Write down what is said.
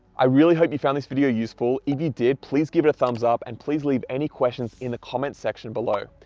i really hope you found this video useful. if you did, please give it a thumbs up and please leave any questions in the comment section below.